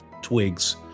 twigs